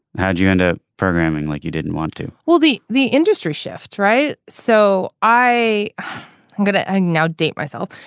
how do you end a programming like you didn't want to well the the industry shift right. so i am going to now date myself.